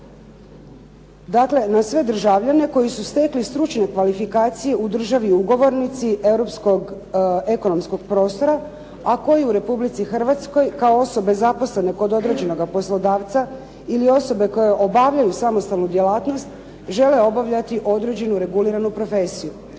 Dakle, na sve državljane koji su stekli stručne kvalifikacije u državi ugovornici Europskog ekonomskog prostora, a koji u Republici Hrvatskoj kao osobe zaposlene kod određenog poslodavca ili osobe koje obavljaju samostalnu djelatnost, žele obavljati određenu reguliranu profesiju.